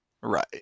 Right